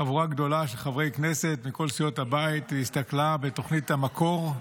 חבורה גדולה של חברי כנסת מכל סיעות הבית הסתכלה בתוכנית "המקור".